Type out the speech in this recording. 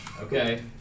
Okay